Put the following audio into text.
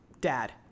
dad